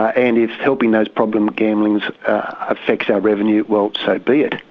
ah and if helping those problem gamblers affects our revenue, well, so be it.